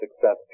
success